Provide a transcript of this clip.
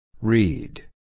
Read